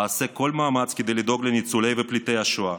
אעשה כל מאמץ כדי לדאוג לניצולי ופליטי השואה,